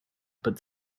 but